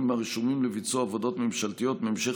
הרשומים לביצוע עבודות ממשלתיות מהמשך